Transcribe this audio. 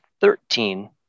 thirteen